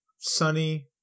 Sunny